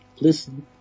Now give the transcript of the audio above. listen